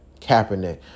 Kaepernick